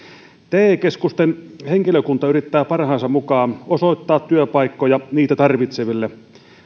te keskusten henkilökunta yrittää parhaansa mukaan osoittaa työpaikkoja niitä tarvitseville